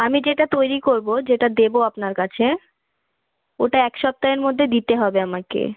আমি যেটা তৈরি করবো যেটা দেবো আপনার কাছে ওটা এক সপ্তাহের মধ্যে দিতে হবে আমাকে